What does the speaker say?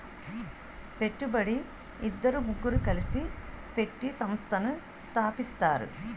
పెట్టుబడి ఇద్దరు ముగ్గురు కలిసి పెట్టి సంస్థను స్థాపిస్తారు